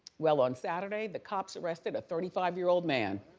well on saturday, the cops arrested a thirty five year old man.